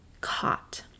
caught